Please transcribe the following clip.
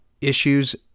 issues